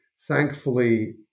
thankfully